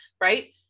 right